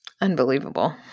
Unbelievable